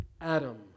Adam